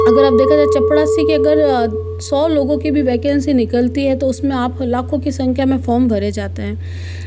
अगर आप देखा जाये चपरासी के अगर आ सौ लोगों की वेकन्सी निकलती है तो उसमें आप लाखों की संख्या में फॉर्म भरे जाते है